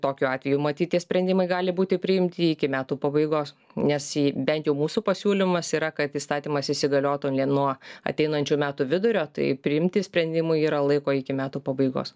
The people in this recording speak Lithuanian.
tokiu atveju matyt tie sprendimai gali būti priimti iki metų pabaigos nes ji bent jau mūsų pasiūlymas yra kad įstatymas įsigaliotų nuo ateinančių metų vidurio tai priimti sprendimui yra laiko iki metų pabaigos